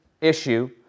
issue